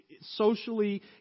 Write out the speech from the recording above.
socially